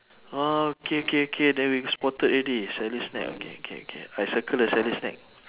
oh okay okay okay then we spotted already sally's snack okay K K I circle the sally's snack